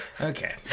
okay